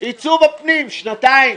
עיצוב הפנים שנתיים.